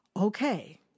Okay